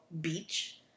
beach